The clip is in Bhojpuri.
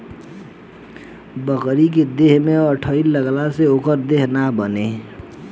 बकरी के देह में अठइ लगला से ओकर देह ना बने